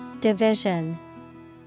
Division